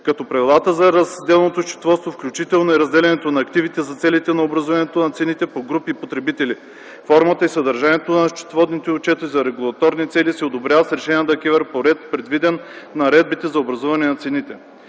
като правилата за разделното счетоводство, включително и разделянето на активите за целите на образуването на цените по групи потребители, формата и съдържанието на счетоводните отчети за регулаторни цели се одобряват с решения на ДКЕВР по ред, предвиден в наредбите за образуване на цените.